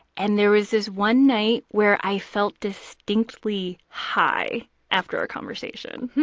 and there was this one night where i felt distinctly high after a conversation.